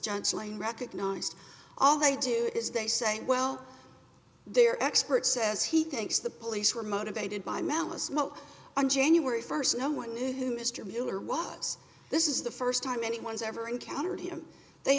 gentling recognized all they do is they say well their expert says he thinks the police were motivated by malice mo on january first no one knew who mr mueller was this is the first time anyone's ever encountered him they